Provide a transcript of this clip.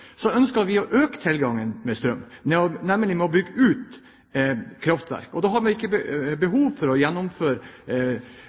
ønsker Fremskrittspartiet å øke tilgangen på strøm ved å bygge ut kraftverk. Da har vi ikke